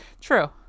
True